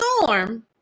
storm